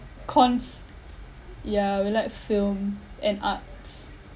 cons ya we like film and arts